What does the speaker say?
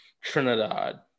Trinidad